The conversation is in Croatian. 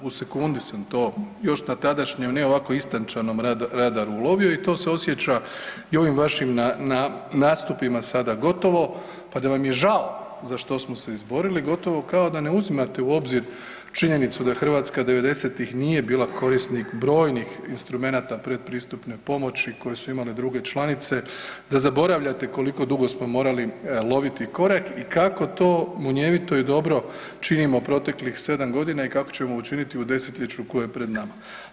U sekundi sam to, još na tadašnjem, ne ovako istančanom radaru ulovio i to se osjeća i u ovim vašim nastupima sada gotovo pa da vam je žao za što smo se izborili gotovo kao da ne uzimate u obzir činjenicu da Hrvatska '90.-tih nije bila korisnik brojnih instrumenata predpristupne pomoći koju su imale druge članice, da zaboravljate koliko dugo smo morali loviti korak i kako to munjevito i dobro činimo proteklih 7.g. i kako ćemo učiniti u desetljeću koje je pred nama.